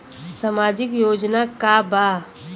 सामाजिक योजना का बा?